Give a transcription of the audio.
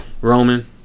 Roman